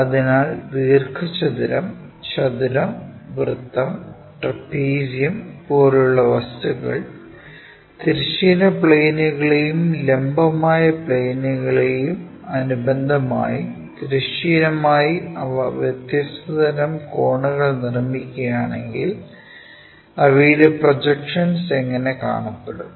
അതിനാൽ ദീർഘ ചതുരം ചതുരം വൃത്തം ട്രപീസിയം പോലുള്ള വസ്തുക്കൾ തിരശ്ചീന പ്ലെയിനുകളെയും ലംബമായ പ്ലെയിനുകളെയും അനുബന്ധമായി തിരശ്ചീനമായി അവ വ്യത്യസ്ത തരം കോണുകൾ നിർമ്മിക്കുകയാണെങ്കിൽ അവയുടെ പ്രോജെക്ഷൻസ് എങ്ങനെ കാണപ്പെടും